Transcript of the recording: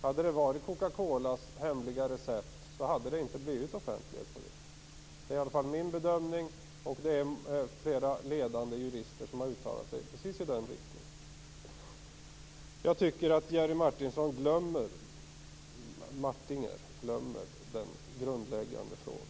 Hade det varit fråga om Coca-Colas hemliga recept, hade det inte blivit fråga om offentlighet. Det är min bedömning, och det är flera ledande jurister som har uttalat sig i den riktningen. Jag tycker att Jerry Martinger glömmer den grundläggande frågan.